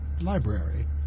library